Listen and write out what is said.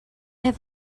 have